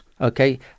okay